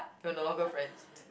we're no longer friend